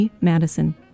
Madison